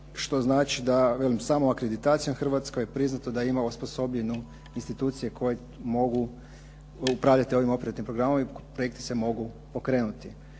što znači da, velim samo akreditacijom Hrvatskoj je priznato da je imala osposobljene institucije koje mogu upravljati ovim operativnim programom kojim projekti se mogu pokrenuti.